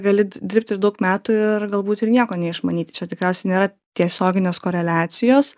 gali tu dirbti daug metų ir galbūt ir nieko neišmanyti čia tikriausiai nėra tiesioginės koreliacijos